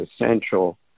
essential